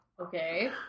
okay